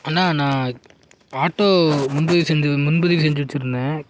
அண்ணா நான் ஆட்டோ முன்பதிவு செந்து முன்பதிவு செஞ்சு வச்சுருந்தேன்